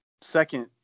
Second